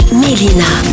Melina